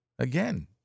Again